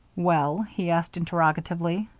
well? he asked, interrogatively.